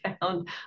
found